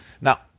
Now